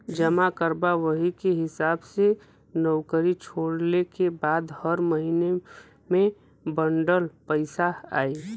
जमा करबा वही के हिसाब से नउकरी छोड़ले के बाद हर महीने बंडल पइसा आई